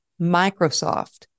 Microsoft